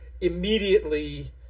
immediately